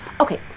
Okay